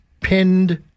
pinned